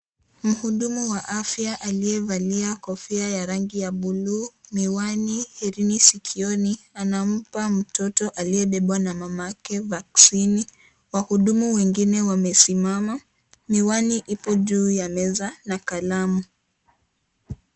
Mhudumu wa afya aliyevalia kofia ya rangi ya buluu, miwani, hereni sikioni. Anampa mtoto aliyebebwa na mama yake vaccini . Wahudumu wengine wamesimama. Miwani ipo juu ya meza na kalamu.